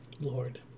Lord